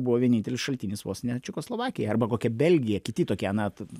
buvo vienintelis šaltinis vos ne čekoslovakija arba kokia belgija kiti tokie na